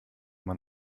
man